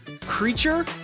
creature